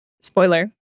spoiler